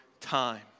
time